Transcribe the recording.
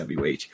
WH